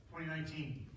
2019